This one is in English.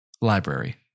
library